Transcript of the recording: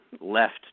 left